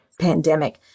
pandemic